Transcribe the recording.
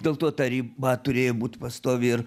dėl to ta riba turėjo būt pastovi ir